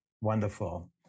wonderful